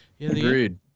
Agreed